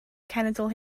cenedl